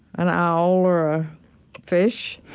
an owl or a fish,